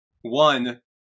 One